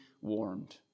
warmed